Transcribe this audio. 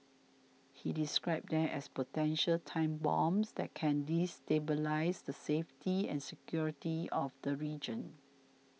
he described them as potential time bombs that can destabilise the safety and security of the region